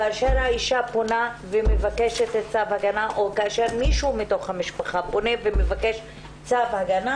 כאשר האישה פונה ומבקשת צו הגנה או כאשר מישהו מהמשפחה מבקש צו הגנה,